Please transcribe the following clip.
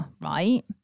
right